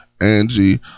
Angie